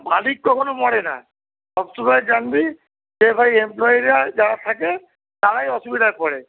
মালিক কখনো মরে না সবসময় জানবি যে ভাই এমপ্লয়িরা যারা থাকে তারাই অসুবিধায় পড়ে